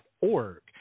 org